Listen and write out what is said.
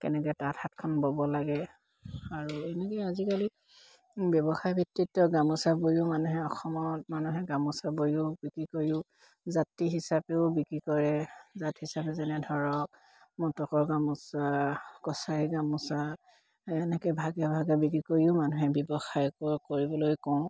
কেনেকে তাঁত ব'ব লাগে আৰু এনেকে আজিকালি ব্যৱসায় ভিত্তিত গামোচা বৈয়ো মানুহে অসমত মানুহে গামোচা বৈয়ো বিক্ৰী কৰিও হিচাপেও বিক্ৰী কৰে হিচাপে যেনে ধৰক মটকৰ গামোচা কছাৰী গামোচা এনেকে ভাগে ভাগে বিক্ৰী কৰিও মানুহে ব্যৱসায় কৰিবলৈ কওঁ